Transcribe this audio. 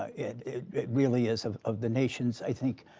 ah it it really is, of of the nation's, i think,